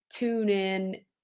TuneIn